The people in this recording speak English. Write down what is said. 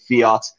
fiat